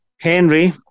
Henry